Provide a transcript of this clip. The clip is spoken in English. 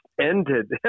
ended